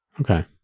Okay